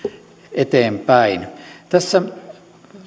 eteenpäin tässä